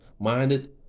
minded